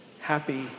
happy